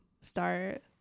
start